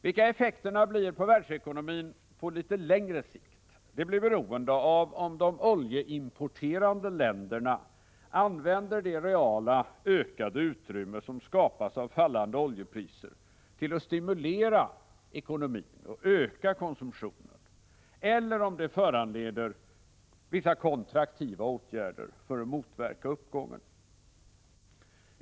Vilka effekterna blir på världsekonomin på litet längre sikt blir beroende av om de oljeimporterande länderna använder det ökade reala utrymme som skapas av fallande oljepriser till att stimulera ekonomin och öka konsumtionen eller om det föranleder vissa kontraktiva åtgärder för att motverka uppgången.